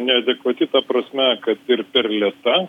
neadekvati ta prasme kad ir per lėta